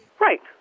Right